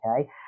okay